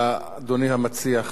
אדוני המציע,